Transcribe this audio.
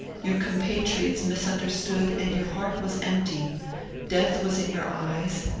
your compatriots misunderstood and your heart was empty death was in your eyes,